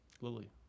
Lily